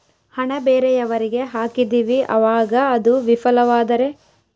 ಹಣ ಬೇರೆಯವರಿಗೆ ಹಾಕಿದಿವಿ ಅವಾಗ ಅದು ವಿಫಲವಾದರೆ?